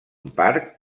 parc